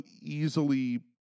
easily